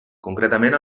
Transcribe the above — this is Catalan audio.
concretament